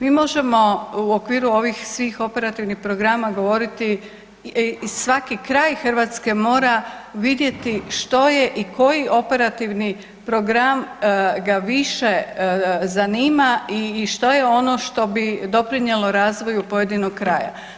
Mi možemo u okviru ovih svih operativnih programa govoriti i svaki kraj Hrvatske mora vidjeti što je i koji operativni program ga više zanima i što je ono što bi doprinijelo razvoju pojedinog kraja.